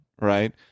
right